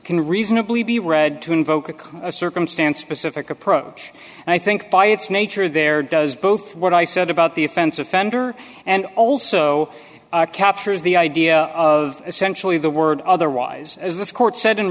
can reasonably be read to invoke a circumstance specific approach and i think by its nature there does both what i said about the offense offender and also captures the idea of essentially the word otherwise as this court s